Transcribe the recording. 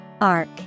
Arc